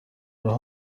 راه